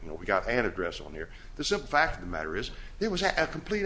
you know we got an address on here the simple fact of the matter is it was at complete